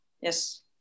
Yes